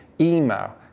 email